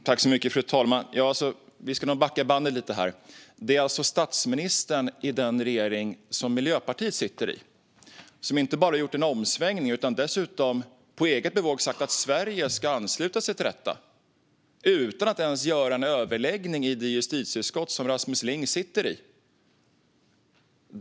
Fru talman! Vi ska nog backa bandet lite här. Det är alltså statsministern i den regering som Miljöpartiet sitter i som inte bara har gjort en omsvängning utan dessutom på eget bevåg har sagt att Sverige ska ansluta sig till detta, utan att ens hålla en överläggning i det justitieutskott som Rasmus Ling sitter i.